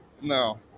no